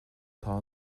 atá